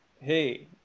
Hey